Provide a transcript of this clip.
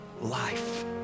life